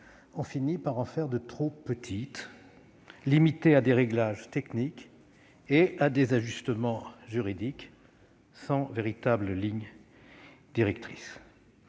on finit par en faire de trop petites, qui se limitent à des réglages techniques et à des ajustements juridiques, sans véritable ligne directrice.